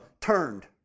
turned